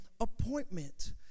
appointment